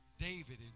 David